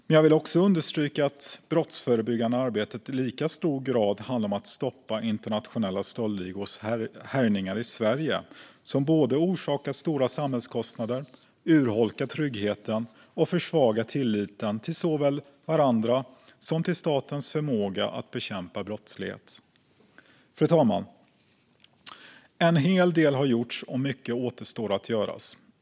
Men jag vill också understryka att det brottsförebyggande arbetet i lika hög grad handlar om att stoppa internationella stöldligors härjningar i Sverige, som både orsakar stora samhällskostnader, urholkar tryggheten och försvagar tilliten såväl till varandra som till statens förmåga att bekämpa brottslighet. Fru talman! En hel del har gjorts, och mycket återstår att göra.